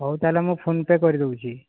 ହଉ ତାହାଲେ ମୁଁ ଫୋନ୍ ପେ କରି ଦେଉଛି